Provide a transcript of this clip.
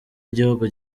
igihugu